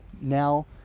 now